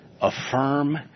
affirm